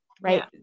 Right